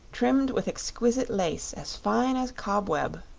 trimmed with exquisite lace as fine as cobweb.